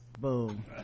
boom